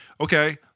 okay